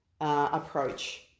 approach